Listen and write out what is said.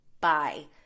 bye